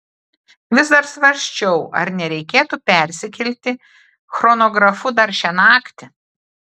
vis dar svarsčiau ar nereikėtų persikelti chronografu dar šią naktį